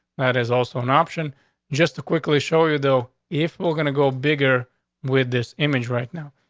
that is also an option just to quickly show you, though, if we're going to go bigger with this image right now,